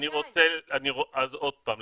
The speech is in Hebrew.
עוד פעם,